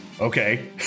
Okay